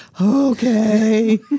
okay